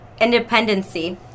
independency